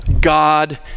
God